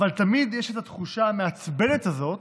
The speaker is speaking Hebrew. אבל תמיד יש את התחושה המעצבנת הזאת